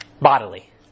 Bodily